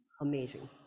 amazing